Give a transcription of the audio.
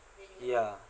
ya